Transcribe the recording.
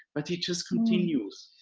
but he just continues,